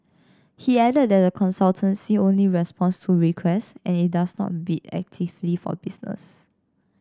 he added that the consultancy only responds to requests and it does not bid actively for business